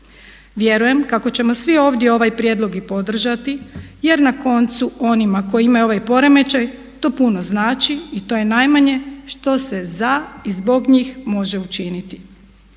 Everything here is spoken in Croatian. Vjerujem kako ćemo svi ovdje ovaj prijedlog i podržati jer na koncu onima kojima imaju ovaj poremećaj to puno znači i to je najmanje što se za i zbog njih može učiniti.